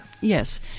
Yes